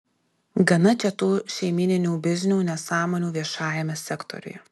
gana čia tų šeimyninių biznių nesąmonių viešajame sektoriuje